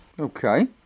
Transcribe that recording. Okay